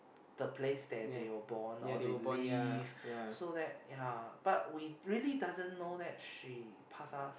the place that they were born or they live so that ya but we really doesn't know that she pass us